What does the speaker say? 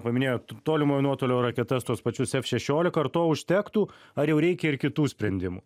paminėjot tolimojo nuotolio raketas tuos pačius šešiolika ar to užtektų ar jau reikia ir kitų sprendimų